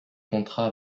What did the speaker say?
contrat